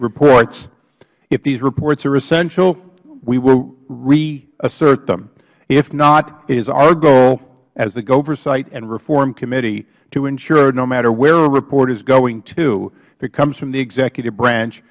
reports if these reports are essential we will reassert them if not it is our goal as the oversight and reform committee to ensure no matter where a report is going to that comes from the executive branch